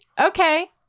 okay